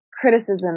criticism